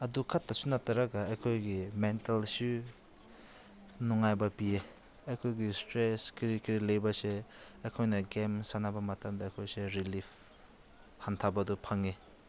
ꯑꯗꯨꯈꯛꯇꯁꯨ ꯅꯠꯇ꯭ꯔꯒ ꯑꯩꯈꯣꯏꯒꯤ ꯃꯦꯟꯇꯜꯁꯨ ꯅꯨꯡꯉꯥꯏꯕ ꯄꯤꯌꯦ ꯑꯩꯈꯣꯏꯒꯤ ꯏꯁꯇ꯭ꯔꯦꯁ ꯀꯔꯤ ꯀꯔꯤ ꯂꯩꯕꯁꯦ ꯑꯩꯈꯣꯏꯅ ꯒꯦꯝ ꯁꯥꯟꯅꯕ ꯃꯇꯝꯗ ꯑꯩꯈꯣꯏꯁꯦ ꯔꯤꯂꯤꯐ ꯍꯟꯊꯕꯗꯣ ꯐꯪꯉꯦ